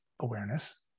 awareness